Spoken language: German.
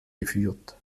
geführt